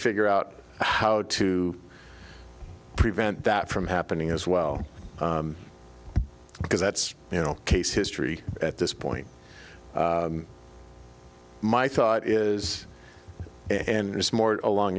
figure out how to prevent that from happening as well because that's you know case history at this point my thought is and it's more along